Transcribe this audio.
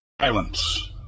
Silence